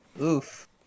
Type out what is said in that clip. Oof